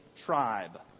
tribe